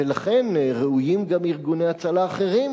ולכן ראויים גם ארגוני הצלה אחרים,